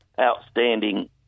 outstanding